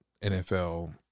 NFL